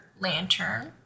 lantern